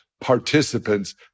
participants